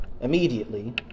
immediately